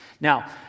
Now